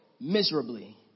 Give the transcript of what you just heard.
miserably